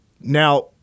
Now